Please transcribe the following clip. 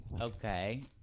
Okay